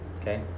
okay